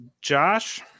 josh